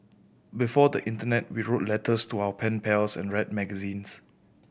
before the internet we wrote letters to our pen pals and read magazines